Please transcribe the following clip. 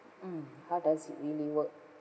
mm how does it really work